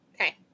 Okay